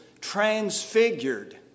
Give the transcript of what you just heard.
transfigured